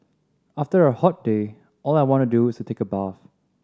after a hot day all I want to do is take a bath